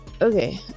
Okay